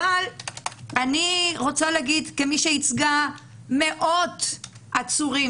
אבל אני רוצה להגיד כמי שייצגה מאות עצורים